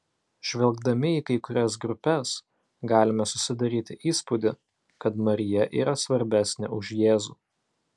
žvelgdami į kai kurias grupes galime susidaryti įspūdį kad marija yra svarbesnė už jėzų